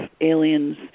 aliens